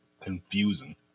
Confusing